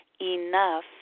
enough